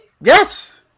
Yes